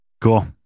Cool